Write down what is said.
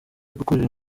gukorera